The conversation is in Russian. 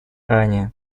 ранее